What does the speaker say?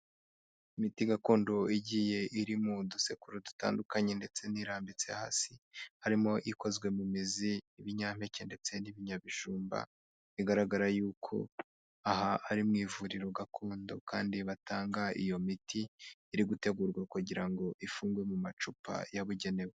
Imiti gakondo igiye iri mudusekuru dutandukanye ndetse n'irambitse hasi harimo ikozwe mu mizi, ibinyampeke ndetse n'ibinyabijumba bigaragara yuko aha ari mu ivuriro gakondo kandi batanga iyo miti iri gutegurwa kugira ngo ifungwe mu macupa yabugenewe.